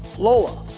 lola!